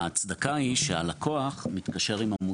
ההצדקה היא שהלקוח מתקשר עם המוטב.